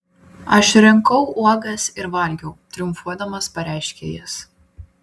aš rinkau uogas ir valgiau triumfuodamas pareiškė jis